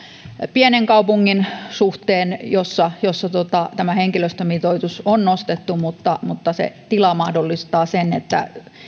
pienen kaupungin suhteen jossa jossa tämä henkilöstömitoitus on nostettu mutta mutta se tila mahdollistaa sen että